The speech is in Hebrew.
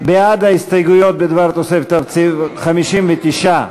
בעד ההסתייגויות בדבר התוספת לתקציב, 59,